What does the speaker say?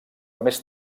més